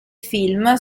film